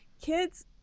Kids